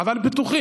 אבל בטוחים,